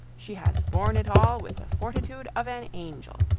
she has borne it all, with the fortitude of an angel!